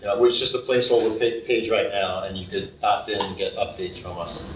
we're just a place holder page page right now and you could pop in and get updates from us.